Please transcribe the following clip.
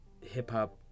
hip-hop